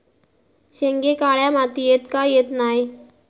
शेंगे काळ्या मातीयेत का येत नाय?